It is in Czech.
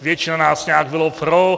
Většina nás nějak bylo pro.